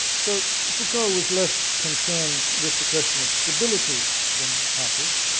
so foucault was less concerned with the question of stability than patrick,